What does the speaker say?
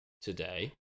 today